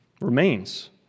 remains